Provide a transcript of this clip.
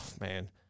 man